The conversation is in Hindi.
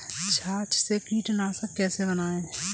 छाछ से कीटनाशक कैसे बनाएँ?